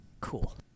Cool